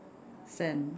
sand